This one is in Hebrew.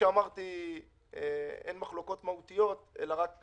אין מחלוקות מהותיות, אלא רק לתהליך.